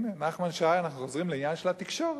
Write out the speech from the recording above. הנה, נחמן שי, אנחנו חוזרים לעניין של התקשורת.